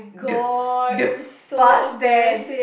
the the past tense